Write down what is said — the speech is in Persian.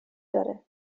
داره